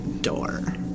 door